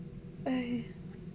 !aiya!